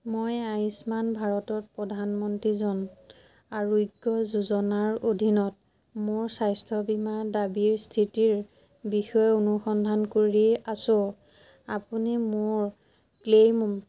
মই আয়ুষ্মান ভাৰত প্ৰধানমন্ত্ৰী জন আৰোগ্য যোজনাৰ অধীনত মোৰ স্বাস্থ্য বীমা দাবীৰ স্থিতিৰ বিষয়ে অনুসন্ধান কৰি আছোঁ আপুনি মোৰ ক্লেইম